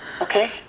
Okay